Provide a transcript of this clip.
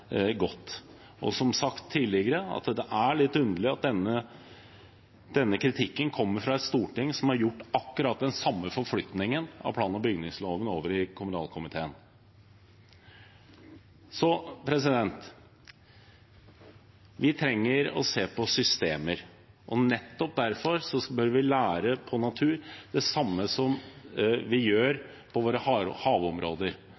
godt. Og som sagt tidligere: Det er litt underlig at denne kritikken kommer fra et storting som har gjort akkurat den samme forflytningen av plan- og bygningsloven, over i kommunalkomiteen. Vi trenger å se på systemer. Nettopp derfor bør vi gjøre på natur det samme som vi gjør på våre havområder.